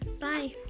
bye